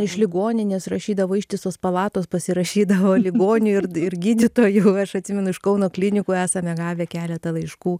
iš ligoninės rašydavo ištisos palatos pasirašydavo ligonių ir d ir gydytojų o aš atsimenu iš kauno klinikų esame gavę keletą laiškų